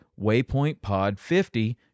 WaypointPod50